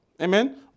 Amen